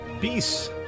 Peace